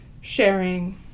sharing